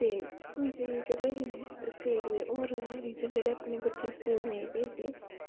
ते कोई केह् जेह्ड़े स्टेट दे होर रीजन जेह्ड़े अपने बच्चें गी स्कूल नेईं भेजदे